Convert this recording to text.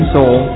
Soul